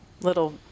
little